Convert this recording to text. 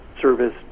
service